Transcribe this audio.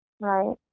Right